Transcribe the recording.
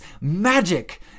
magic